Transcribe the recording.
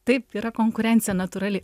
taip yra konkurencija natūrali